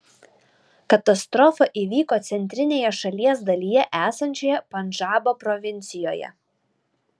katastrofa įvyko centrinėje šalies dalyje esančioje pandžabo provincijoje